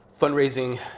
fundraising